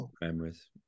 memories